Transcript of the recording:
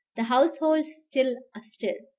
the household still astir.